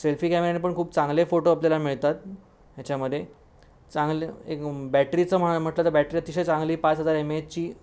selfie कॅमेराने पण खूप चांगले फोटो आपल्याला मिळतात ह्याच्यामध्ये चांगले एक बॅटरीचं म्ह् म्हटलं तर बॅटरी अतिशय चांगली पाच हजार एम ए एचची